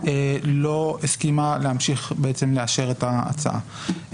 לא הסכימה להמשיך לאשר את ההצעה.